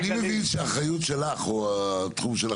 אני מבין שהאחריות שלך או התחום שלכם,